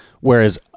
whereas